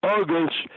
August